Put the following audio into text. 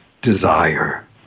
desire